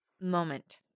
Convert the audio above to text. moment